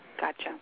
Gotcha